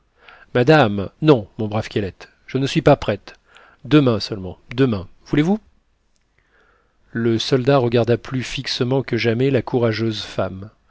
madame non mon brave kellet je ne suis pas prête demain seulement demain voulez-vous le soldat regarda plus fixement que jamais la courageuse femme